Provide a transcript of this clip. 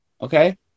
okay